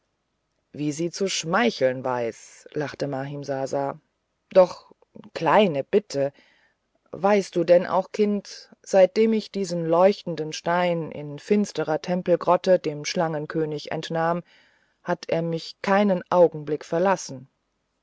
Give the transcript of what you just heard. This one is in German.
wie sie zu schmeicheln weiß lachte mahimsasa doch kleine bitte weißt du denn auch kind seitdem ich diesen leuchtenden stein in finsterer tempelgrotte dem schlangenkönig entnahm hat er mich keinen augenblick verlassen